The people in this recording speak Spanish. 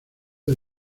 del